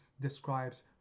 describes